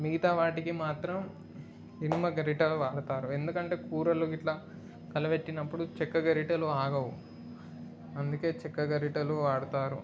మిగతా వాటికి మాత్రం ఇనుము గరిటెలు వాడతారు ఎందుకంటే కూరలు ఇలా కలబెట్టినప్పుడు చెక్క గరిటెలు ఆగవు అందుకే చెక్క గరిటెలు వాడతారు